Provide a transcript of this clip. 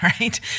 Right